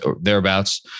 thereabouts